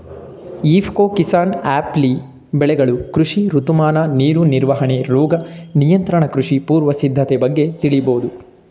ಇಫ್ಕೊ ಕಿಸಾನ್ಆ್ಯಪ್ಲಿ ಬೆಳೆಗಳು ಕೃಷಿ ಋತುಮಾನ ನೀರು ನಿರ್ವಹಣೆ ರೋಗ ನಿಯಂತ್ರಣ ಕೃಷಿ ಪೂರ್ವ ಸಿದ್ಧತೆ ಬಗ್ಗೆ ತಿಳಿಬೋದು